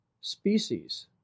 species